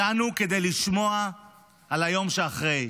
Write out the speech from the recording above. הגענו כדי לשמוע על היום שאחרי.